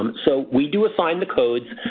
um so we do assign the codes.